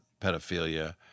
pedophilia